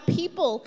people